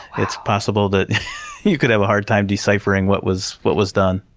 it's possible that you could have a hard time deciphering what was what was done.